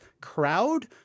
crowd